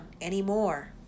anymore